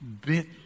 bit